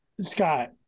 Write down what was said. Scott